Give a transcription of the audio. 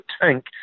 tank